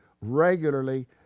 regularly